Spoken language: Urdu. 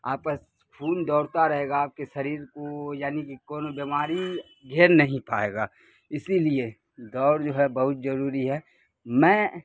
آپس خون دوڑتا رہے گا آپ کے شریر کو یعنی کہ کونو بیماری گھیر نہیں پائے گا اسی لیے دوڑ جو ہے بہت ضروری ہے میں